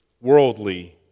worldly